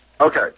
Okay